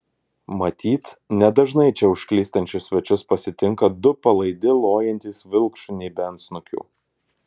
matyt nedažnai čia užklystančius svečius pasitinka du palaidi lojantys vilkšuniai be antsnukių